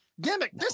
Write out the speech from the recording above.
gimmick